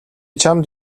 чамд